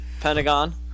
Pentagon